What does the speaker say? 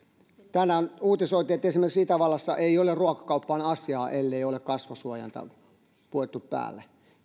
tänään uutisoitiin että esimerkiksi itävallassa ei ole ruokakauppaan asiaa ellei ole kasvosuojainta puettu päälle